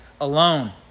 alone